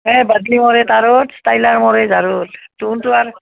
এ বাদলি মৰে তাঁৰত ষ্টাইলাৰ মৰে জাৰত তুহুনটো আৰু